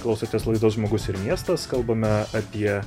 klausotės laidos žmogus ir miestas kalbame apie